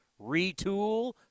retool